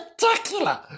spectacular